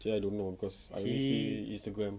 actually I don't know cause I don't see instagram